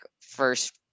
first